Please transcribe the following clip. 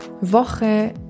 Woche